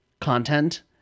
content